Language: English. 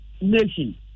nation